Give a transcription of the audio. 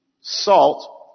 salt